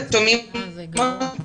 גם על פי התו הסגול,